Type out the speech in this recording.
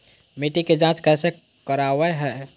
मिट्टी के जांच कैसे करावय है?